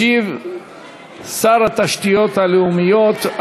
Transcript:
ישיב שר התשתיות הלאומיות,